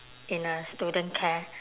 in a student care